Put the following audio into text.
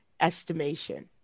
estimation